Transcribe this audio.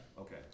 Okay